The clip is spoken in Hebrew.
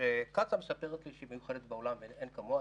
שקצא"א מספרת לי שהיא מיוחדת בעולם ואין כמוה.